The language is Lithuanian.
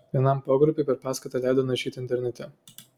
vienam pogrupiui per paskaitą leido naršyti internete